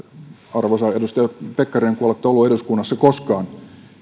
arvoisa edustaja pekkarinen kun olette ollut eduskunnassa koskaan